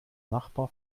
nachbar